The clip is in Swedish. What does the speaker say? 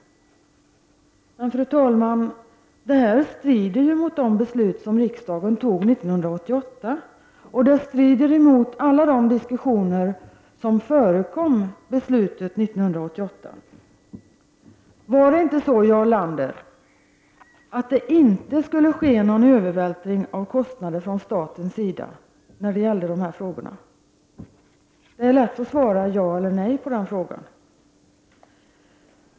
Men, fru talman, detta strider mot de beslut som riksdagen fattade 1988. Det går också emot alla de diskussioner som föregick beslutet 1988. Var det inte så, Jarl Lander, att det inte skulle ske någon övervältring av kostnader från statens sida? Det är lätt att svara ja eller nej på den frågan.